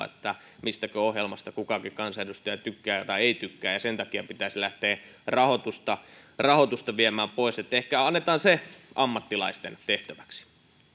että mistäkö ohjelmasta kukakin kansanedustaja tykkää tai ei tykkää ja sen takia pitäisi lähteä rahoitusta rahoitusta viemään pois ehkä annetaan se ammattilaisten tehtäväksi